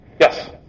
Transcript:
Yes